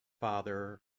Father